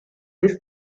his